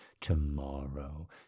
tomorrow